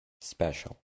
special